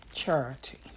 Charity